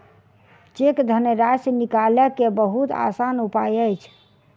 cheque धनराशि निकालय के बहुत आसान उपाय अछि